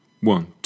one